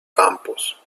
campos